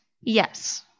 yes